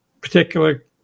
particular